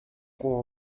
prendre